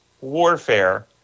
warfare